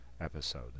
episode